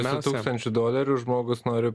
su tūkstančiu doleriu žmogus nori